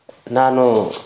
ನಾನು